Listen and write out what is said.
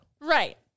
Right